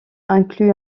inclut